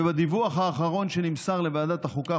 ובדיווח האחרון שנמסר לוועדת החוקה,